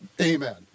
Amen